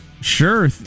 Sure